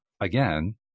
again